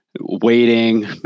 waiting